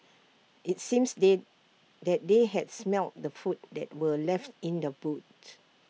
IT seems they that they had smelt the food that were left in the boot